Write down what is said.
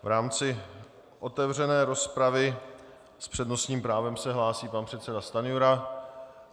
V rámci otevřené rozpravy s přednostním právem se hlásí pan předseda Stanjura.